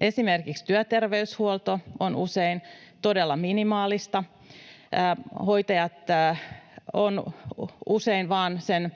Esimerkiksi työterveyshuolto on usein todella minimaalista. Hoitajat ovat usein vain sen